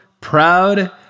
proud